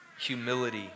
humility